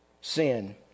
sin